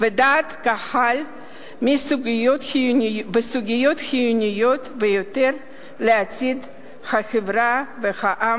ודעת קהל בסוגיות החיוניות ביותר לעתיד החברה והעם